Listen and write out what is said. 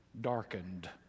darkened